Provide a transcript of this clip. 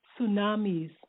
tsunamis